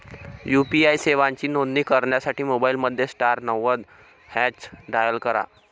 UPI सेवांची नोंदणी करण्यासाठी मोबाईलमध्ये स्टार नव्वद हॅच डायल करा